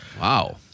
wow